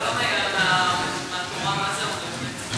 לא הבנתי?